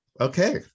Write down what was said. Okay